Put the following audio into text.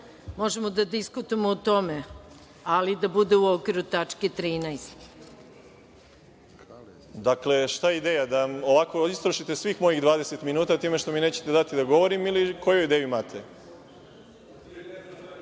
možemo da diskutujemo o tome, ali da bude u okviru tačke 13. **Boško Obradović** Dakle, šta je ideja, da ovako istrošite svih mojih 20 minuta time što mi nećete dati da govorim ili koju ideju imate?